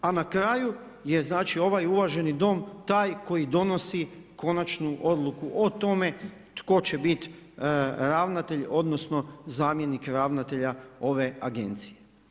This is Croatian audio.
A na kraju je ovaj uvaženi Dom taj koji donosi konačnu odluku o tome tko će biti ravnatelj, odnosno zamjenik ravnatelja ove agencije.